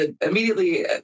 immediately